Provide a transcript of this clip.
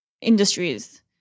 Industries